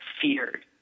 feared